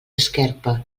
esquerpa